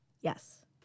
yes